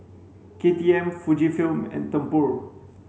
K T M Fujifilm and Tempur